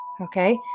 okay